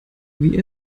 wie